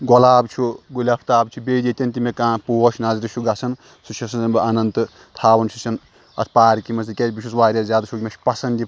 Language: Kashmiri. گۄلاب چھُ گُلۍ افتاب چھُ بیٚیہِ ییٚتٮ۪ن تہِ مےٚ کانٛہہ پوش نظرِ چھُ گژھان سُہ چھسن بہٕ انان تہٕ تھاوان چھُسن اتھ پارکہِ منٛز تِکیٛازِ بہٕ چھُس واریاہ زیادٕ شوقیٖن مےٚ چھُ پسنٛد یہِ